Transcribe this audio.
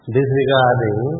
Disregarding